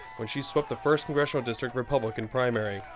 when she swept the first congressional district republican primary.